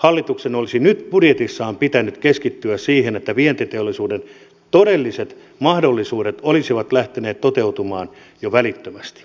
hallituksen olisi nyt budjetissaan pitänyt keskittyä siihen että vientiteollisuuden todelliset mahdollisuudet olisivat lähteneet toteutumaan jo välittömästi